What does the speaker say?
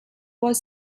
was